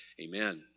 Amen